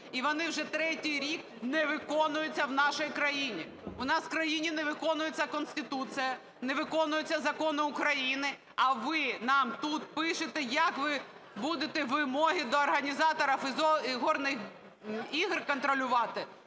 і вони вже третій рік не виконуються в нашій країні. У нас в країні не виконується Конституція, не виконуються закони України, а ви нам тут пишете, як ви будете вимоги до організаторів ігорних ігр контролювати.